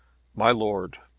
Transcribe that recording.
my lord,